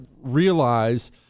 realize